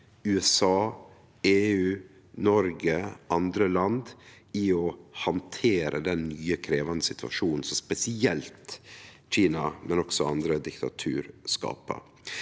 USA, EU, Noreg og andre land, for å handtere den nye, krevjande situasjonen, som spesielt Kina, men også andre diktatur skapar.